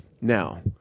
Now